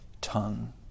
tongue